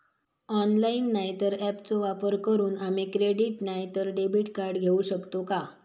Online नाय तर ऍपचो वापर करून आम्ही क्रेडिट नाय तर डेबिट कार्ड घेऊ शकतो का?